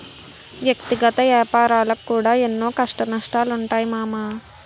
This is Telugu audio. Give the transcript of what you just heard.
వ్యక్తిగత ఏపారాలకు కూడా ఎన్నో కష్టనష్టాలుంటయ్ మామా